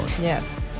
yes